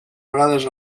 vegades